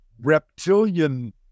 reptilian